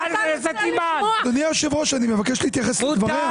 אדוני היושב-ראש, אני מבקש להתייחס לדבריה.